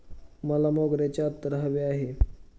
मला मोगऱ्याचे अत्तर हवे आहे